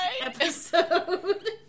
episode